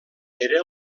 era